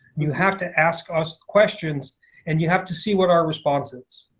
you have to ask us questions and you have to see what our response is.